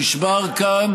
נשבר כאן